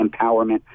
empowerment